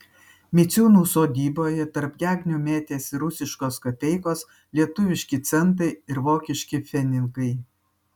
miciūnų sodyboje tarp gegnių mėtėsi rusiškos kapeikos lietuviški centai ir vokiški pfenigai